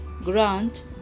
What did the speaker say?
Grant